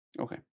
Okay